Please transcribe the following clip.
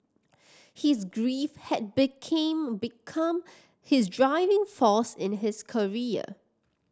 his grief had became become his driving force in his career